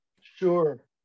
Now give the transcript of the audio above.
Sure